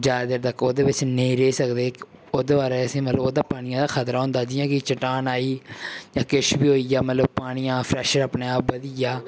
ज्यादा देर तक ओह्दे बिच्च नेईं रेही सकदे ओह्दे बारै च अस मतलब ओह्दे पानियै दा खतरा होंदा जि'यां कि चट्टान आई जां किश बी होई जा मतलब पानिया दा प्रेशर अपने आप बधी जा